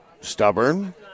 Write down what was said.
stubborn